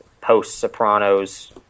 post-Sopranos